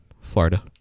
Florida